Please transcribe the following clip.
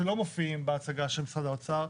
שלא מופיעים בהצגה של משרד האוצר,